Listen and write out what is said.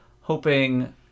hoping